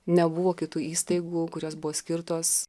nebuvo kitų įstaigų kurios buvo skirtos